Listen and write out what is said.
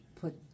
put